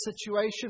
situation